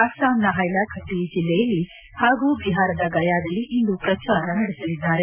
ಅಸ್ಸಾಂನ ಹೈಲಾಕಂಡಿ ಜಿಲ್ಲೆಯಲ್ಲಿ ಹಾಗೂ ಬಿಹಾರದ ಗಯಾದಲ್ಲಿ ಇಂದು ಪ್ರಜಾರ ನಡೆಸಲಿದ್ದಾರೆ